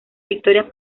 victorias